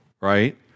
Right